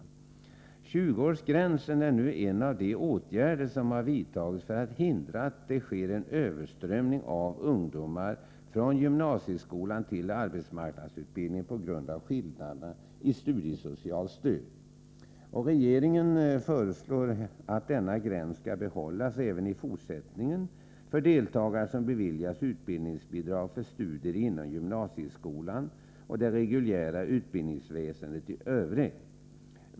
Införandet av 20-årsgränsen är en av de åtgärder som har vidtagits för att hindra att det sker en överströmning av ungdomar från gymnasieskolan till arbetsmarknadsutbildningen på grund av skillnaderna i studiesocialt stöd. Regeringen föreslår att denna gräns skall behållas även i fortsättningen för deltagare som beviljas utbildningsbidrag för studier inom gymnasieskolan och det reguljära utbildningsväsendet i övrigt.